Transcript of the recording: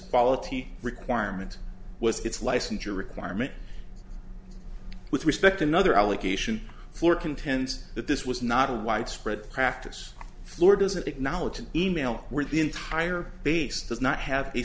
quality requirement was its licensure requirement with respect another allegation for contends that this was not a widespread practice floor doesn't acknowledge an email where the entire base does not have a